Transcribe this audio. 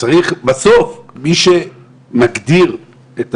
בסוף מי שמגדיר,